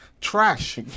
Trash